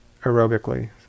aerobically